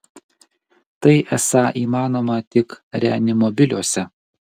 tai esą įmanoma tik reanimobiliuose